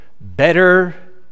Better